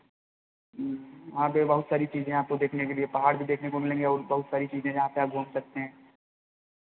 वहाँ पे बहुत सारी चीज़ें आपको देखने के लिए पहाड़ भी देखने को मिलेंगे बहुत सारी चीज़ें जहां पे आप घूम सकते हैं